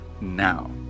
now